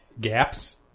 gaps